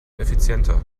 effizienter